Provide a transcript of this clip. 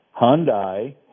Hyundai